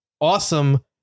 awesome